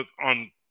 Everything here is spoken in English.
on